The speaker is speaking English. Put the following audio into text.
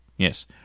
Yes